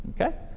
Okay